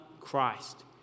Christ